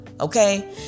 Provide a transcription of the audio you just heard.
Okay